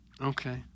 Okay